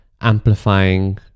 amplifying